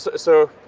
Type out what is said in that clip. so.